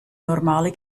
normale